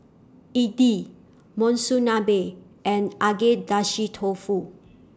Idili Monsunabe and Agedashi Dofu